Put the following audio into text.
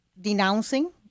denouncing